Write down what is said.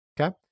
Okay